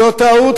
זאת טעות חמורה.